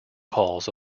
calls